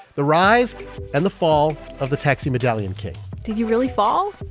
the rise and the fall of the taxi medallion king did he really fall?